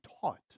taught